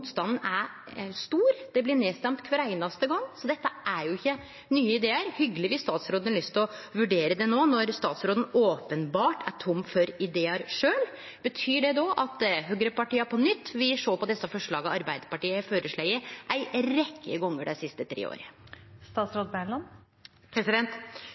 er stor. Det blei stemt ned kvar einaste gong. Så dette er jo ikkje nye idéar. Det er hyggeleg viss statsråden har lyst til å vurdere det nå, når statsråden openbert er tom for idéar sjølv. Betyr det då at høgrepartia på nytt vil sjå på desse forslaga som Arbeidarpartiet har føreslege ei rekkje gonger dei siste tre